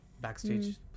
backstage